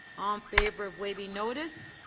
um favor of waiving notice.